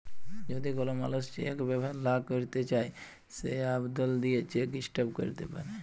যদি কল মালুস চ্যাক ব্যাভার লা ক্যইরতে চায় সে আবদল দিঁয়ে চ্যাক ইস্টপ ক্যইরতে পারে